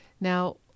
Now